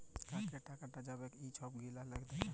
কাকে টাকাট যাবেক এই ছব গিলা দ্যাখা